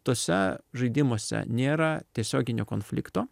tuose žaidimuose nėra tiesioginio konflikto